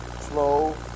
slow